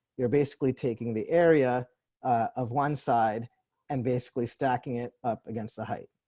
you're basically taking the area of one side and basically stacking it up against the height.